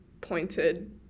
pointed